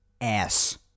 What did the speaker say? ass